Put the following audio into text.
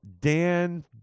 Dan